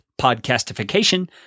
podcastification